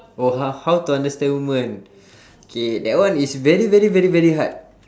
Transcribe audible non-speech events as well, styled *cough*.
oh h~ how to understand women *breath* K that one is very very very very hard